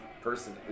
person